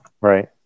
Right